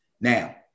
Now